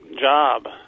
job